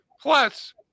Plus